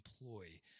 employ